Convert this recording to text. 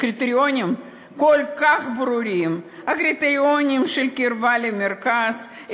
שהקריטריונים כל כך ברורים: הקריטריונים של קרבה למרכז,